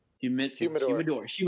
humidor